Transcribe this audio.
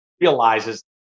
realizes